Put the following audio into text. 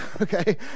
Okay